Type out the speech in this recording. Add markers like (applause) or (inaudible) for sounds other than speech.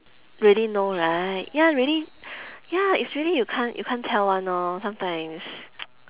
really no right ya really ya it's really you can't you can't tell one lor sometimes (noise)